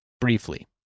briefly